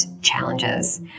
challenges